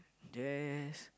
there's